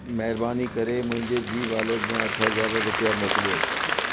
महिरबानी करे मुंहिंजे ज़ी वॉलेट में अठ हज़ार रुपिया मोकिलियो